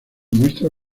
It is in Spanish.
muestra